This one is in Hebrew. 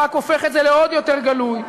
רק הופך את זה לעוד יותר גלוי,